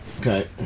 Okay